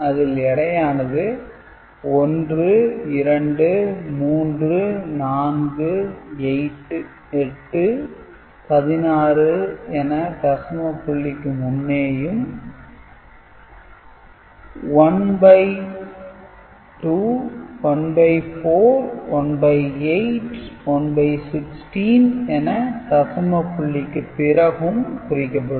அதில் எடையானது 1 2 3 4 8 16 என தசம புள்ளிக்கு முன்னேயும் 12 14 18 116 என தசம புள்ளிக்கு பிறகும் குறிக்கப்படும்